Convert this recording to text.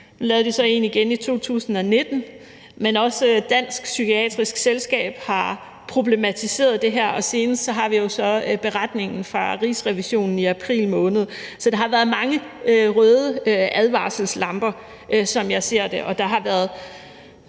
Nu lavede de så en igen i 2019. Men også Dansk Psykiatrisk Selskab har problematiseret det her, og senest har vi så beretningen fra Rigsrevisionen fra april måned. Så der har været mange røde advarselslamper, som jeg ser det, og jeg tror